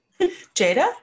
Jada